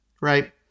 right